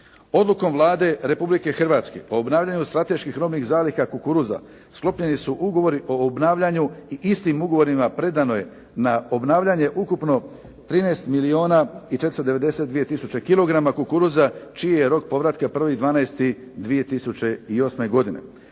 Odlukom Vlade Republike Hrvatske o obnavljanju strateških robnih zaliha kukuruza sklopljeni su ugovori o obnavljanju i istim ugovorima predano je na obnavljanje ukupno 13 milijuna i 492 tisuće kilograma kukuruza čiji je rok povratka 1.12.2008. godine.